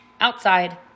outside